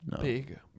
Big